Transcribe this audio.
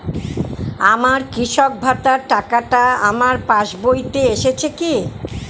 আমার কৃষক ভাতার টাকাটা আমার পাসবইতে এসেছে কি?